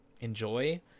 enjoy